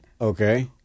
Okay